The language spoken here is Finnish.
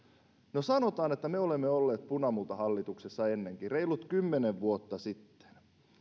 no sanotaan että me olemme olleet punamultahallituksessa ennenkin reilut kymmenen vuotta sitten ja